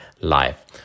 life